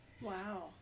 Wow